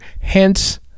hence